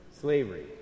slavery